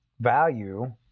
value